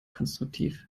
konstruktiv